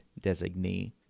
designee